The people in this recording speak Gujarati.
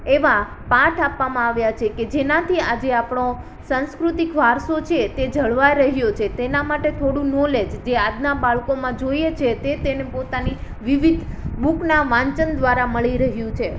એવા પાઠ આપવામાં આવ્યાં છે કે જેનાથી આજે આપણો સાંસ્કૃતિક વારસો છે તે જળવાઈ રહ્યો છે તેના માટે થોડું નોલેજ જે આજના બાળકોમાં જોઈએ છે તે તેને પોતાની વિવિધ બુકના વાંચન દ્વારા મળી રહ્યું છે